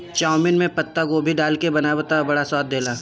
chowmein में पातगोभी डाल के बनावअ तअ बड़ा स्वाद देला